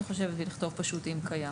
ולכתוב: "אם קיים".